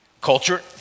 Culture